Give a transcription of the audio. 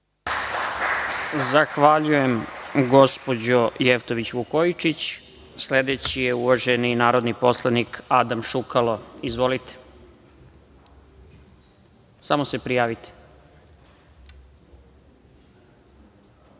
Zahvaljujem, gospođo Jevtović Vukojičić. Sledeći je uvaženi narodni poslanik Adam Šukalo. Izvolite. **Adam Šukalo**